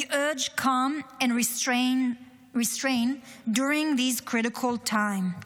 We urge calm and restraint during this critical time.